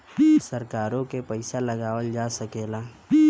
सरकारों के पइसा लगावल जा सकेला